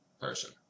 person